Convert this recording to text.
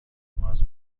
باز